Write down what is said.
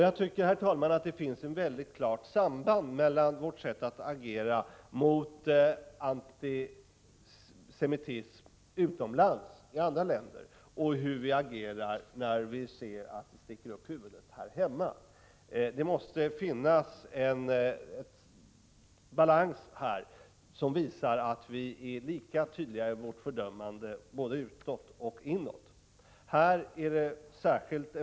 Jag tycker, herr talman, att det finns ett mycket klart samband mellan vårt sätt att agera mot antisemitism i andra länder och vårt sätt att agera när vi ser att antisemitismen sticker upp huvudet här hemma. Det måste finnas en balans i fråga om detta som visar att vi är lika tydliga i vårt fördömande när det riktas utåt som när det riktas inåt.